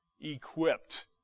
equipped